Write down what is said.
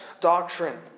doctrine